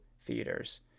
theaters